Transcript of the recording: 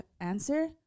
answer